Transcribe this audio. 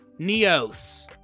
neos